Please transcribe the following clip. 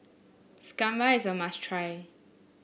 is a must try